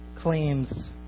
claims